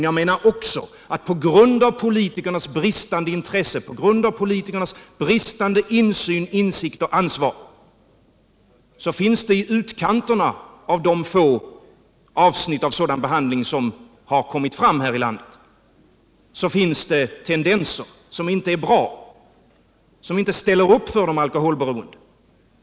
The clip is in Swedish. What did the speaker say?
Jag menar också att på grund av politikernas bristande intresse, på grund av deras bristande insyn och insikt och ansvar, så finns det i utkanterna av de få avsnitt av sådan behandling som har kommit fram här i landet tendenser som inte är bra och som inte ställer upp för de alkoholberoende.